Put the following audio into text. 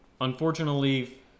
unfortunately